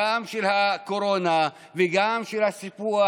גם של הקורונה וגם של הסיפוח,